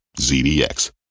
ZDX